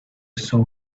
saw